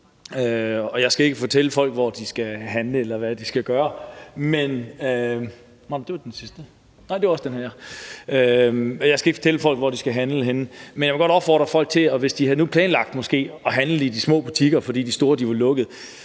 de skal handle, eller hvad de skal gøre, men jeg vil godt opfordre folk til noget. Hvis de nu havde planlagt at handle i de små butikker, fordi de store var lukkede,